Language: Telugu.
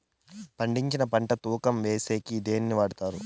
పండించిన పంట తూకం వేసేకి దేన్ని వాడతారు?